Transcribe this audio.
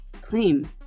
claim